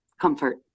comfort